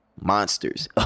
monsters